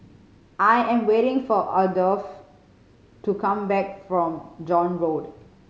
I am waiting for Adolfo to come back from John Road